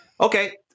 Okay